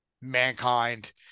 mankind